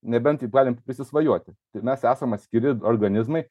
nebent taip galim prisisvajoti tai mes esam atskiri organizmai